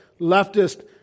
leftist